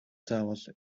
заавал